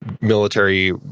military